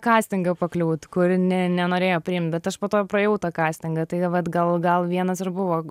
kastingą pakliūt kur ne nenorėjo priimt bet to praėjau tą kastingą tai vat gal gal vienas ir buvo